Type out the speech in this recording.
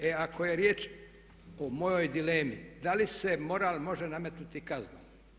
E ako je riječ o mojoj dilemi, da li se moral može nametnuti kaznom?